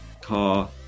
car